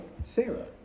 Sarah